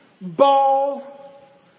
ball